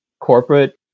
corporate